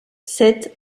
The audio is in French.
sept